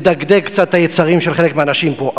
לדגדג קצת את היצרים של חלק מהאנשים פה.